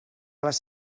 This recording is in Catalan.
les